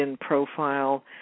profile